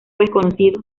desconocido